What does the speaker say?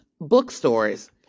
bookstores